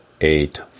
eight